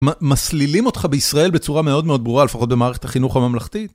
מסלילים אותך בישראל בצורה מאוד מאוד ברורה, לפחות במערכת החינוך הממלכתית?